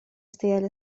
стояли